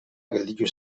gelditu